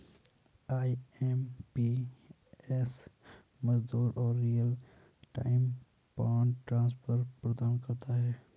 IMPS मजबूत और real time fund transfer प्रदान करता है